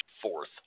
fourth